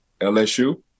LSU